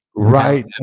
right